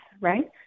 right